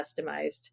customized